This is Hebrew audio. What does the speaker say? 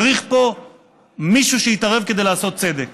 צריך פה מישהו שיתערב כדי לעשות צדק.